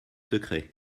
secrets